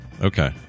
Okay